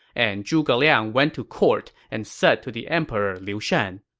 and zhuge liang went to court and said to the emperor liu shan,